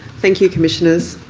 thank you, commissioners.